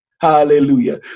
Hallelujah